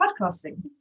podcasting